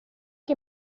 che